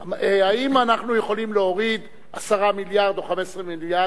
האם אנחנו יכולים להוריד 10 מיליארד או 15 מיליארד,